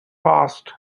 past